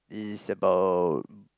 is about